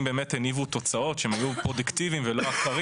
באמת הניבו תוצאות שהם היו פרודוקטיביים ולא ---,